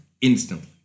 Instantly